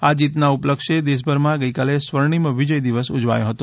આ જીતના ઉપલક્ષે દેશભરમાં ગઈકાલે સ્વર્ણિમ વિજય દિવસ ઉજવાયો હતો